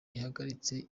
ihagaritse